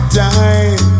time